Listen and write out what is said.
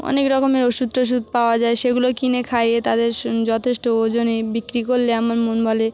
অনেক রকমের ওষুধ টষুধ পাওয়া যায় সেগুলো কিনে খাইয়ে তাদের যথেষ্ট ওজনে বিক্রি করলে আমার মন বলে